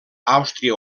àustria